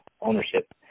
ownership